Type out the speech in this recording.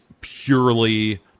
purely